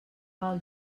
pel